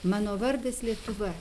mano vardas lietuva